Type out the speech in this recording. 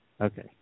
Okay